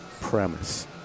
premise